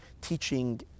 teaching